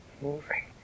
moving